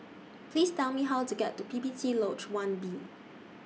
Please Tell Me How to get to P P T Lodge one B